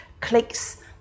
clicks